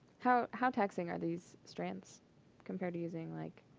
how how taxing are these strands compared to using, like,